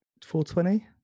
420